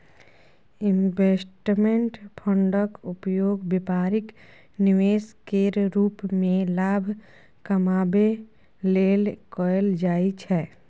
investment फंडक उपयोग बेपारिक निवेश केर रूप मे लाभ कमाबै लेल कएल जाइ छै